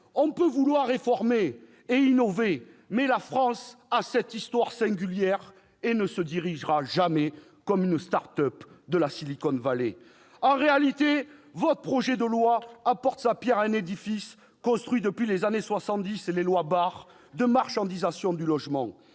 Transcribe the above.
On peut vouloir réformer, innover, mais la France a cette histoire singulière et ne se dirigera jamais comme une start-up de la Silicon Valley. Très bien ! En réalité, votre projet de loi apporte sa pierre à un édifice construit depuis les années soixante-dix et les lois Barre de marchandisation du logement.